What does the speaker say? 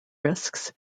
risks